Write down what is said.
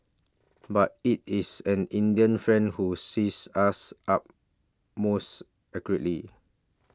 but it is an Indian friend who seize us up most accurately